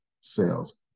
sales